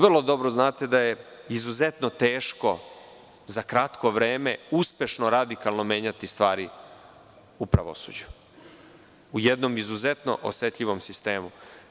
Vrlo dobro znate da je izuzetno teško za kratko vreme uspešno radikalno menjati stvari u pravosuđu, u jednom izuzetno osetljivom sistemu.